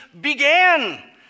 began